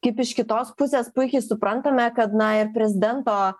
kaip iš kitos pusės puikiai suprantame kad na ir prezidento